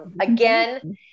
again